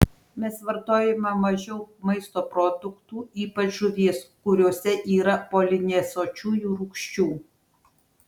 mes vartojame mažiau maisto produktų ypač žuvies kuriuose yra polinesočiųjų rūgščių